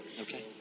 Okay